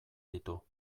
ditu